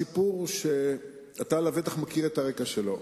סיפור שאתה לבטח מכיר את הרקע שלו.